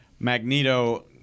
Magneto